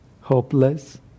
hopeless